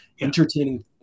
Entertaining